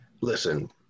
Listen